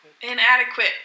inadequate